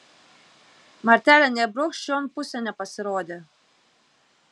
martelė nė brūkšt šion pusėn nepasirodė